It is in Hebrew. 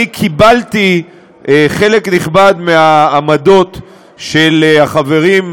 אני קיבלתי חלק נכבד מהעמדות של החברים,